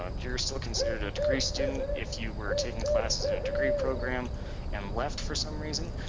um you're still considered a degree student if you were taking classes in a degree program and left for some reason.